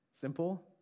Simple